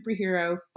Superhero